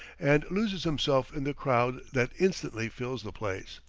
and loses himself in the crowd that instantly fills the place.